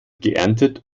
geerntet